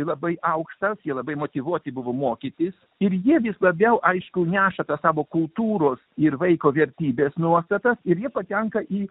labai aukštas labai motyvuoti buvo mokytis ir jie vis labiau aiškiau neša tą savo kultūros ir vaiko vertybes nuostatas ir ji patenka į